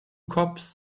cops